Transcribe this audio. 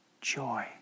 joy